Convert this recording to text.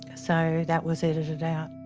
ah so that was edited out.